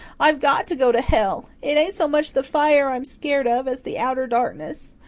i've got to go to hell. it ain't so much the fire i'm skeered of as the outer darkness.